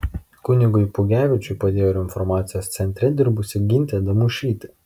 kunigui pugevičiui padėjo ir informacijos centre dirbusi gintė damušytė